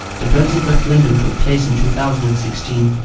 the brexit referendum took place in two thousand and sixteen.